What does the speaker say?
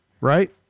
right